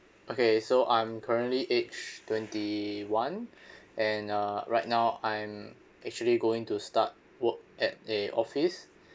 okay so I'm currently age twenty one and uh right now I'm actually going to start work at a office